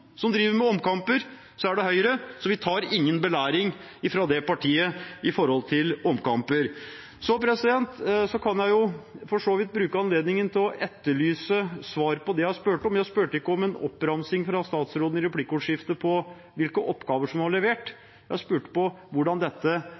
som driver med omkamper, er det Høyre. Vi vil ikke belæres av det partiet når det gjelder omkamper. Jeg kan bruke anledningen til å etterlyse et svar på det jeg spurte om. Jeg spurte ikke om en oppramsing fra statsråden i replikkordskiftet av hvilke oppgaver som var levert.